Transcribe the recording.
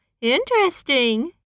Interesting